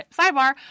sidebar